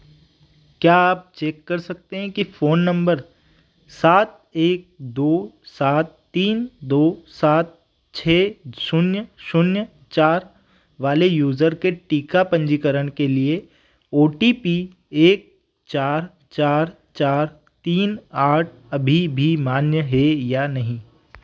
क्या आप चेक कर सकते हैं कि फ़ोन नंबर सात एक दो सात तीन दो सात छः शून्य शून्य चार वाले यूज़र के टीका पंजीकरण के लिए ओ टी पी एक चार चार चार तीन आठ अभी भी मान्य है या नहीं